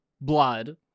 blood